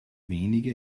wenige